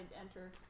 enter